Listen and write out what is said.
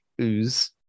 ooze